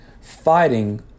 fighting